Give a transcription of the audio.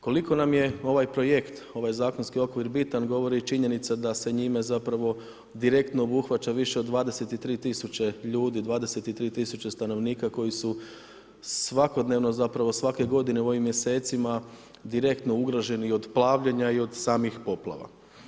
Koliko nam je ovaj projekt, ovaj zakonski okvir bitan govori i činjenica da se njime zapravo direktno obuhvaća više od 23 tisuće ljudi, 23 tisuće stanovnika koji su svakodnevno zapravo, svake godine u ovim mjesecima direktno ugroženi i od plavljenja i od samih poplava.